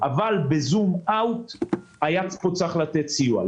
אבל בזום-אאוט היה צריך לתת פה סיוע.